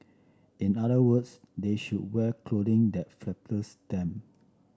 in other words they should wear clothing that flatters them